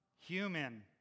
human